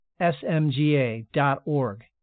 smga.org